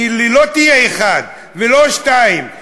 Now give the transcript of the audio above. כי לא תהיה אחת ולא שתיים,